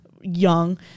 young